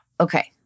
Okay